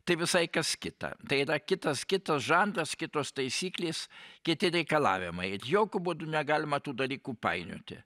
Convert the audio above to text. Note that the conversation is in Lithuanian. tai visai kas kita tai yra kitas kito žanras kitos taisyklės kiti reikalavimai ir jokiu būdu negalima tų dalykų painioti